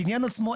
הבניין עצמו,